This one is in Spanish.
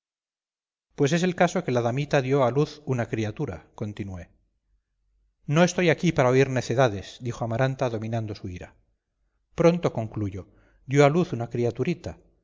pues es el caso que la damita dio a luz una criatura continué no estoy aquí para oír necedades dijo amaranta dominando su ira pronto concluyo dio a luz una criaturita